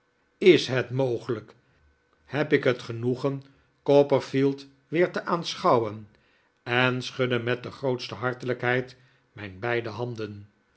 is het mogelijk heb ik het genoegen copperfield weer te aanschouwen en schudde met de grootste hartelijkheid mijn beide handen